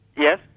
Yes